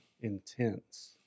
Intense